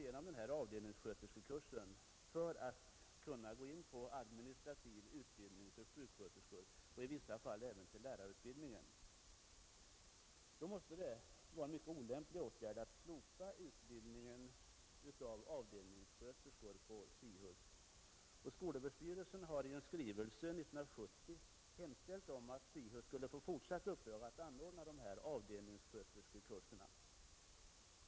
Genomgången avdelningssköterskekurs är också en förutsättning för att vinna inträde till administrativ utbildning för sjuksköterskor och i vissa fall till lärarutbildningen. Då måste det vara mycket olämpligt att slopa utbildningen av avdelningssköterskor vid SIHUS. Skolöverstyrelsen har också i skrivelse i oktober 1970 hemställt om att SIHUS skulle få fortsatt uppdrag att anordna dessa avdelningssköterskekurser.